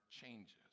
changes